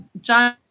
John